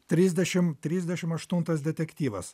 trisdešim trisdešim aštuntas detektyvas